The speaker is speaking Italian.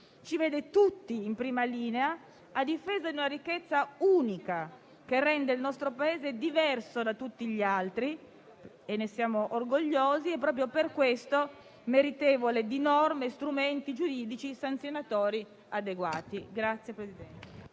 ci vede tutti in prima linea a difesa di una ricchezza unica, che rende il nostro Paese diverso da tutti gli altri - e ne siamo orgogliosi - e proprio per questo meritevole di norme e strumenti giuridici e sanzionatori adeguati.